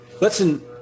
listen